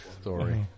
story